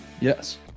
Yes